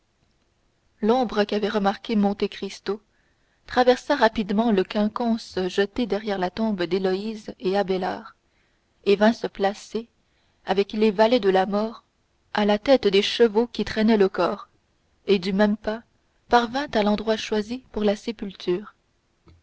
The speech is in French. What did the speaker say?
l'ombre qu'avait remarquée monte cristo traversa rapidement le quinconce jeté derrière la tombe d'héloïse et d'abélard vint se placer avec les valets de la mort à la tête des chevaux qui traînaient le corps et du même pas parvint à l'endroit choisi pour la sépulture